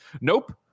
Nope